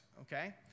okay